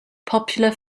popular